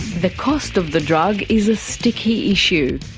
the cost of the drug is a sticky issue.